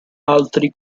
altri